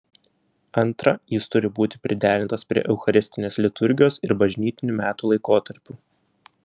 antra jis turi būti priderintas prie eucharistinės liturgijos ir bažnytinių metų laikotarpių